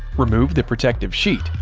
remove the protective sheet,